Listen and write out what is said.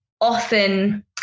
often